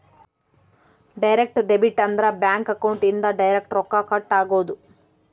direct debit ಅಂದ್ರ bank account ಇಂದ direct ರೊಕ್ಕ ಕಟ್ ಆಗೋದು